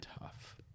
tough